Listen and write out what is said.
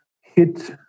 hit